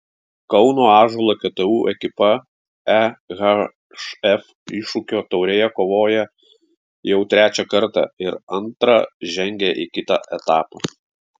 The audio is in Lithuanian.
kauno ąžuolo ktu ekipa ehf iššūkio taurėje kovoja jau trečią kartą ir antrą žengė į kitą etapą